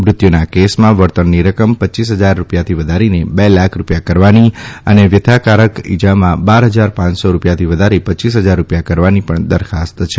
મૃત્યુના કેસમાં વળતરની રકમ રપ હજાર રૂપિયાથી વધારીને બે લાખ રૂપિયા કરવાની અને વ્યથાકારક ઈજામાં બાર હજાર પાંચસો રૂપિયાથી વધારી પચાસ હજાર રૂપિયા કરવાની પણ દરખાસ્ત છે